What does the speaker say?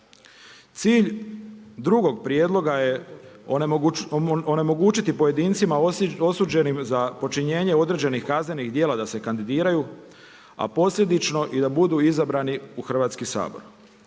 Cilj drugog prijedloga je onemogućiti pojedincima osuđenim za počinjenje određenih kaznenih djela da se kandidiraju, a posljedično i da budu izabrani u Hrvatski sabor.